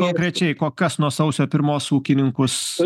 konkrečiai ko kas nuo sausio pirmos ūkininkus